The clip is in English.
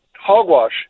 hogwash